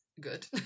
Good